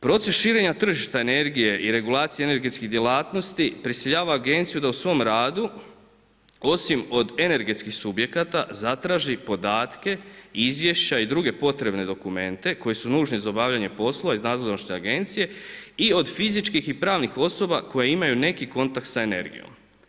Proces širenja tržišta energije i regulacije energetskih djelatnost prisiljava agenciju da u svom radu osim od energetskih subjekata zatraži podatke, izvješća i druge potrebne dokumente koji su nužni za obavljanje poslova iz nadležnosti agencije i od fizičkih i pravnih osoba koje imaju neki kontakt sa energijom.